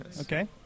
Okay